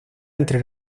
entre